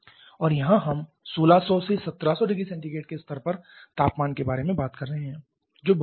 और यहां हम 1600 से 1700 ℃ के स्तर पर तापमान के बारे में बात कर रहे हैं जो बहुत बड़ा है